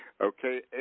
Okay